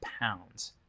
pounds